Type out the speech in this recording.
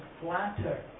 flatter